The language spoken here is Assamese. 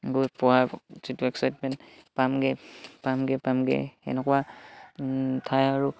গৈ পোৱাৰ যিটো এক্সাইটমেণ্ট পামগে পামগে পামগে এনেকুৱা ঠাই আৰু